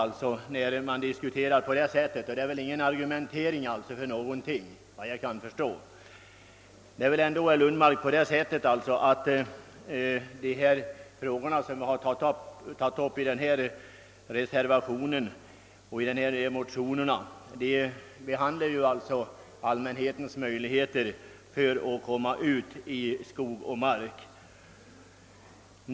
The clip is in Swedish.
Uttalanden av det slaget innebär ju inte argumentering för någonting, efter vad jag kan förstå. De frågor som tagits upp i reservationen rör ju allmänhetens möjligheter att komma ut i skog och mark.